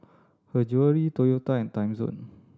Her Jewellery Toyota and Timezone